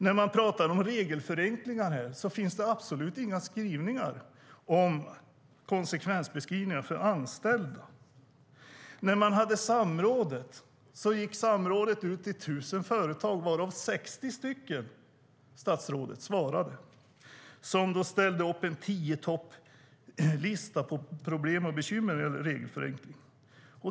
När man pratar om regelförenklingar här finns det absolut inga konsekvensbeskrivningar för anställda. När man hade samrådet gick man ut till 1 000 företag, varav 60 svarade. De ställde upp en tio-i-topp-lista på problem och bekymmer när det gäller regelförenkling.